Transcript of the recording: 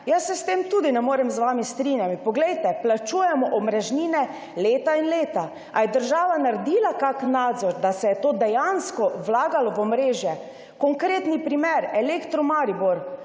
se s tem tudi ne morem z vami strinjati. Plačujemo omrežnine leta in leta – ali je država naredila kakšen nadzor, da se je to dejansko vlagalo v omrežje? Konkreten primer. Elektro Maribor